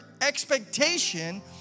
expectation